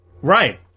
right